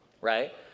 right